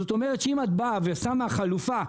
זאת אומרת שאם את באה ושמה חלופה,